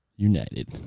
United